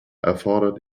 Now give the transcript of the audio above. erfordert